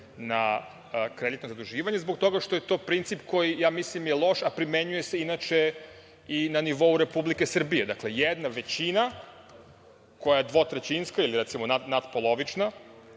na kreditna zaduživanja, zbog toga što je to princip koji je, ja mislim, loš, a primenjuje se inače i na nivou Republike Srbije. Dakle, jedna većina, koja je dvotrećinska ili recimo nadpolovična,